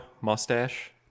mustache